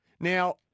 Now